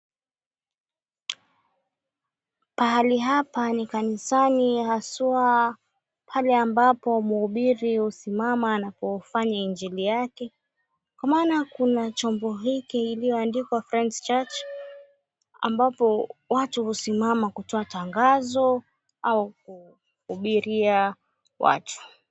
Pahali hapa ni kanisani haswaa pahali ambapo mhubiri husimama na kufanya injili yake kwa maana kuna chombo hiki kilicho andikwa Friends Church ambapo watu husimama kutoa tangazo kuhubiria watu.